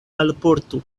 alportu